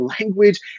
language